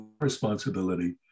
responsibility